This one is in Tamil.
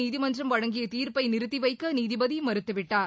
நீதிமன்றம் வழங்கிய தீர்ப்பை நிறுத்தி வைக்க நீதிபதி மறுத்துவிட்டார்